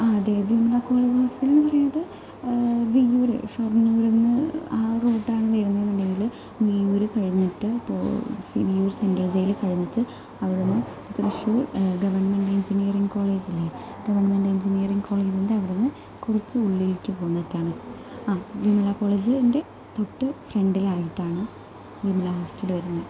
ആ അതെ വിമലാ കോളേജ് വിയൂർ ആ ഷൊർണൂർ റൂട്ടാണ് വരുന്നത് എന്നുണ്ടെങ്കിൽ വിയ്യൂർ കഴിഞ്ഞിട്ട് വിയൂർ സെൻട്രൽ ജയിൽ കഴിഞ്ഞിട്ട് അവിടെ നിന്ന് തൃശൂർ ഗെവൺമെൻട് എഞ്ചിനീയറിങ് കോളേജ് ഇല്ലെ ഗെവൺമെൻറ് എൻജിനിയറിങ് കോളേജിൻ്റെ അവിടെ നിന്ന് കുറച്ച് ഉള്ളിലേക്ക് പോയിട്ടാണ് അ വിമല കോളേജിൻ്റെ തൊട്ട് ഫ്രെണ്ടിലായിട്ടാണ് വിമല ഹോസ്റ്റല് വരുന്നത്